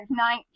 19